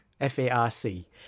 f-a-r-c